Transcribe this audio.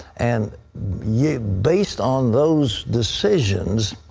and yeah based on those decisions,